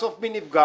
בסוף מי נפגע?